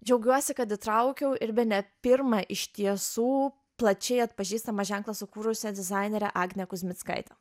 džiaugiuosi kad įtraukiau ir bene pirmą iš tiesų plačiai atpažįstamą ženklą sukūrusią dizainerę agnę kuzmickaitę